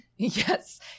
Yes